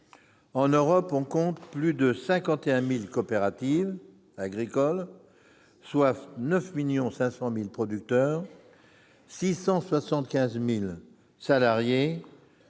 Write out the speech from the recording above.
En Europe, on compte plus de 51 000 coopératives agricoles, soit 9,5 millions de producteurs et 675 000 salariés,